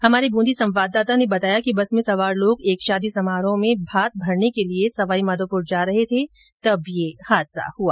हमारे ब्रंदी संवाददाता ने बताया कि बस में सवार लोग एक शादी समारोह में भात भरने के लिए सवाईमाधोपुर जा रहे थे तब ये हादसा हुआ